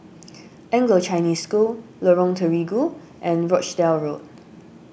Anglo Chinese School Lorong Terigu and Rochdale Road